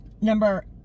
number